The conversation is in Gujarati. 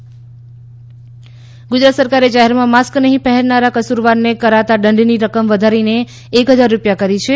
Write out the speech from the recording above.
ગુજરાત માસ્ક ગુજરાત સરકારે જાહેરમાં માસ્ક નહીં પહેરનાર કસૂરવારને કરતાં દંડની રકમ વધારીને એક હજાર રૂપિયા કરી છે